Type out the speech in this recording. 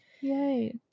Yay